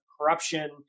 corruption